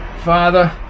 Father